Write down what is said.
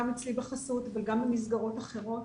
גם אצלי בחסות וגם במסגרות אחרות